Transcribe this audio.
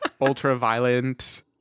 ultra-violent